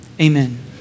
Amen